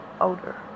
older